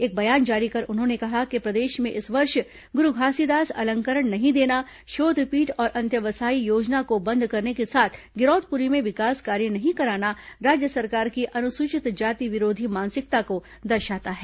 एक बयान जारी कर उन्होंने कहा कि प्रदेश में इस वर्ष गुरू घासीदास अलंकरण नहीं देना शोध पीठ और अंत्वसायी योजना को बंद करने के साथ गिरौदपुरी में विकास कार्य नहीं कराना राज्य सरकार की अनुसूचित जाति विरोधी मानसिकता को दर्शाता है